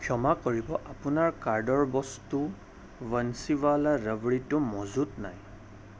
ক্ষমা কৰিব আপোনাৰ কাৰ্ডৰ বস্তু বন্সীৱালা ৰাৱৰিটো মজুত নাই